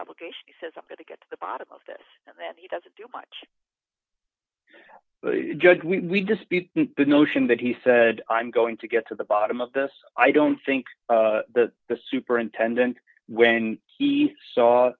obligation says i'm going to get to the bottom of this and then he doesn't do much good we dispute the notion that he said i'm going to get to the bottom of this i don't think that the superintendent when he saw